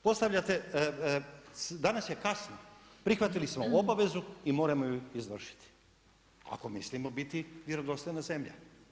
Postvljete, danas je kasno, prihvatili smo obavezu i moramo ju izvršiti, ako mislimo biti vjerodostojna zemlja.